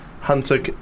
Hunter